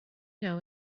know